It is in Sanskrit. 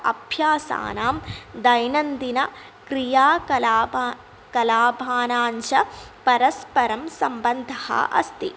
अभ्यासानां दैनन्दिनक्रिया कलापाः कलाभाराञ्च परस्परं सम्बन्धः अस्ति